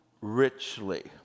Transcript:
richly